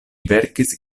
verkis